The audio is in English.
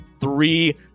three